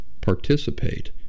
participate